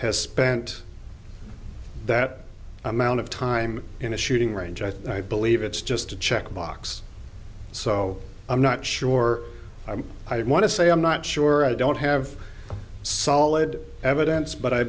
has spent that amount of time in a shooting range i think i believe it's just a checkbox so i'm not sure i'd want to say i'm not sure i don't have solid evidence but i